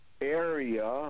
area